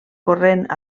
corrent